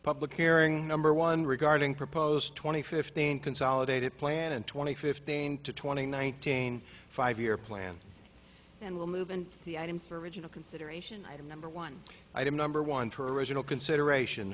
public airing number one regarding proposed twenty fifteen consolidated plan and twenty fifteen to twenty nineteen five year plan and will move in the items for original consideration item number one item number one for original consideration